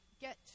get